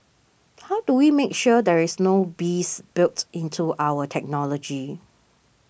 how do we make sure there is no bis built into our technology